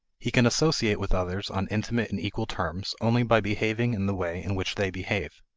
he can associate with others on intimate and equal terms only by behaving in the way in which they behave.